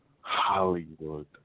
Hollywood